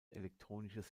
elektronisches